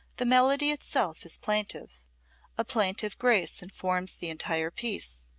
the melody itself is plaintive a plaintive grace informs the entire piece.